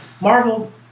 Marvel